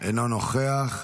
אינו נוכח.